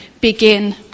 begin